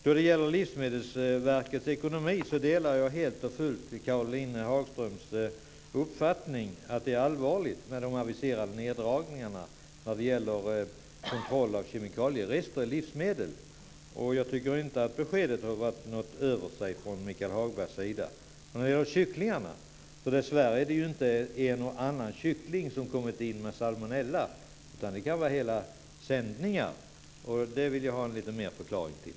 Då det gäller Livsmedelsverkets ekonomi delar jag helt och fullt Caroline Hagströms uppfattning att det är allvarligt med de aviserade neddragningarna vad gäller kontroll av kemikalierester i livsmedel. Jag tycker inte att beskedet från Michael Hagbergs sida har varit över sig. Dessvärre är det inte en och annan kyckling som har kommit hit med salmonella. Det kan vara fråga om hela sändningar. Det vill jag ha en utförligare förklaring till.